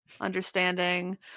Understanding